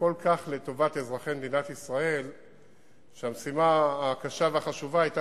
וכל כך לטובת אזרחי מדינת ישראל שהמשימה הקשה והחשובה היתה